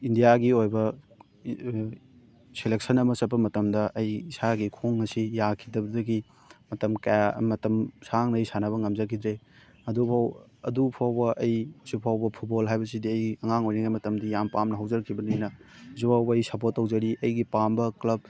ꯏꯟꯗꯤꯌꯥꯒꯤ ꯑꯣꯏꯕ ꯁꯦꯂꯦꯛꯁꯟ ꯑꯃ ꯆꯠꯄ ꯃꯇꯝꯗ ꯑꯩ ꯏꯁꯥꯒꯤ ꯈꯣꯡ ꯑꯁꯤ ꯌꯥꯈꯤꯗꯕꯗꯒꯤ ꯃꯇꯝ ꯀꯌꯥ ꯃꯇꯝ ꯁꯥꯡꯅ ꯑꯩ ꯁꯥꯟꯅꯕ ꯉꯝꯖꯈꯤꯗ꯭ꯔꯦ ꯑꯗꯨꯐꯧ ꯑꯗꯨ ꯐꯥꯎꯕ ꯑꯩ ꯍꯧꯖꯤꯛ ꯐꯥꯎꯕ ꯐꯨꯠꯕꯣꯜ ꯍꯥꯏꯕꯁꯤꯗꯤ ꯑꯩ ꯑꯉꯥꯡ ꯑꯣꯏꯔꯤꯉꯩ ꯃꯇꯝꯗ ꯌꯥꯝ ꯄꯥꯝꯃ ꯍꯧꯖꯔꯛꯈꯤꯕꯅꯤꯅ ꯍꯧꯖꯤꯛꯐꯥꯎꯕ ꯑꯩ ꯁꯞꯄꯣꯔꯠ ꯇꯧꯖꯔꯤ ꯑꯩꯒꯤ ꯄꯥꯝꯕ ꯀ꯭ꯂꯕ